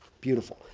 beautiful.